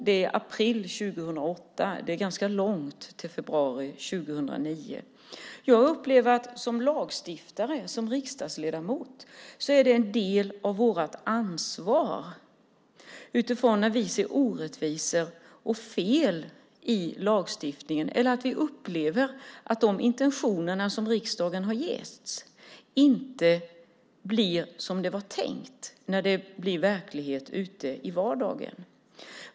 Det är april 2008 - det är ganska långt till februari 2009. Jag upplever att för oss som lagstiftare och riksdagsledamöter är det en del av vårt ansvar när vi ser orättvisor och fel i lagstiftningen eller vi upplever att de intentioner som riksdagen har haft inte uppfylls ute i vardagen.